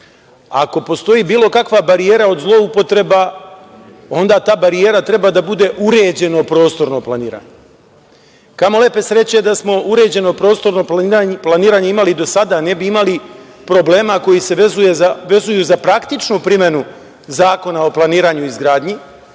Ako postoji bilo kakva barijera od zloupotreba, onda ta barijera treba da bude uređeno prostorno planiranje. Kamo lepe sreće da smo uređeno prostorno planiranje imali do sada, ne bi imali problema koji se vezuju za praktičnu primenu Zakona o planiranju i izgradnji,